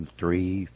three